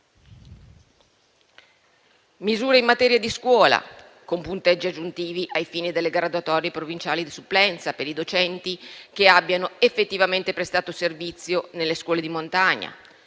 misure in materia di scuola, con punteggi aggiuntivi ai fini delle graduatorie provinciali di supplenza per i docenti che abbiano effettivamente prestato servizio nelle scuole di montagna;